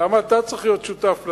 למה אתה צריך להיות שותף לזה?